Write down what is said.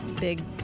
big